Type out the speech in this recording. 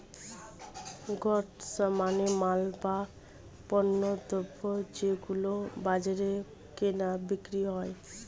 goods মানে মাল, বা পণ্যদ্রব যেগুলো বাজারে কেনা বিক্রি হয়